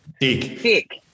Dick